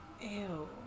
Ew